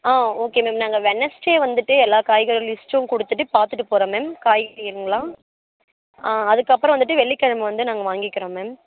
ஆ okay ma'am நாங்கள் Wednesday வந்துட்டு எல்லா காய்கறி லிஸ்ட்டும் கொடுத்துட்டு பார்த்துட்டு போகிறோம் மேம் காய்கறிங்களா ஆ அதுக்கப்புறம் வந்துட்டு வெள்ளிக்கெழம வந்து நாங்கள் வாங்கிக்கிறோம் மேம்